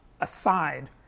aside